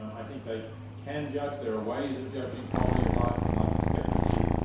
um i think they can judge. there are ways of judging quality of life and life expectancy,